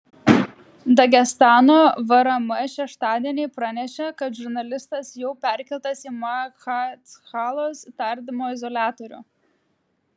dagestano vrm šeštadienį pranešė kad žurnalistas jau perkeltas į machačkalos tardymo izoliatorių